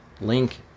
link